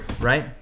right